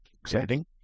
Exciting